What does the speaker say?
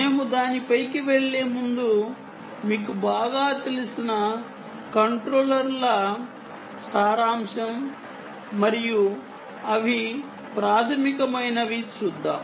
మేము దానిపైకి వెళ్ళే ముందు మీకు బాగా తెలిసిన కంట్రోలర్ల సారాంశం మరియు అవి ప్రాథమికమైనవి చూద్దాం